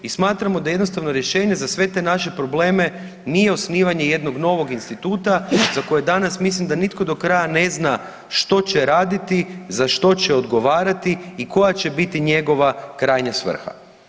I smatramo da jednostavno rješenje za sve te naše probleme nije osnivanje jednog novog instituta za koje danas mislim da nitko do kraja ne zna što će raditi, za što će odgovarati i koja će biti njegova krajnja svrha.